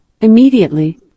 immediately